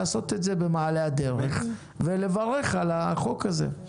אז לעשות את זה במעלה הדרך ולברך על החוק הזה.